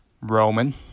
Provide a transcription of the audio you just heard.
Roman